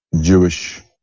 Jewish